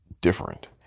different